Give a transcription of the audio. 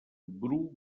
bru